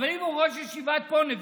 אבל אם הוא ראש ישיבת פונביץ'